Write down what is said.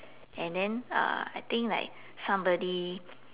and then uh I think like somebody